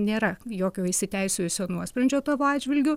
nėra jokio įsiteisėjusio nuosprendžio tavo atžvilgiu